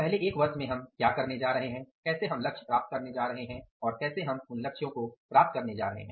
पहले एक वर्ष में हम क्या करने जा रहे हैं कैसे हम लक्ष्य प्राप्त करने जा रहे हैं और कैसे हम उन लक्ष्यों को प्राप्त करने जा रहे हैं